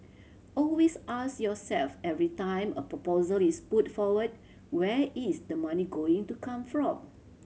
always ask yourself every time a proposal is put forward where is the money going to come from